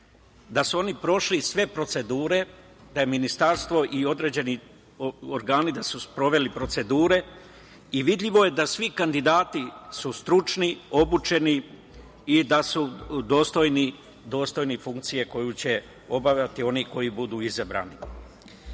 da su oni prošli sve procedure, da su ministarstvo i određeni organi sproveli procedure i vidljivo je da svi kandidati su stručni, obučeni i da su dostojni funkcije koju će obavljati oni koji budu izabrani. Što